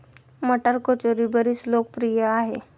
मटार कचोरी बरीच लोकप्रिय आहे